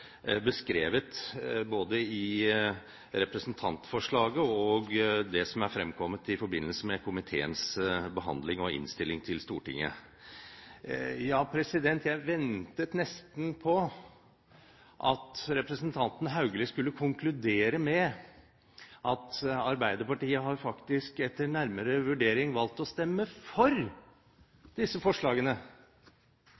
beskrevet både i representantforslaget og i det som er fremkommet i forbindelse med komiteens behandling og innstilling til Stortinget. Jeg ventet nesten at representanten Haugli skulle konkludere med at Arbeiderpartiet etter nærmere vurdering faktisk har valgt å stemme for